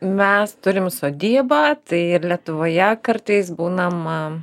mes turim sodybą tai ir lietuvoje kartais būnam a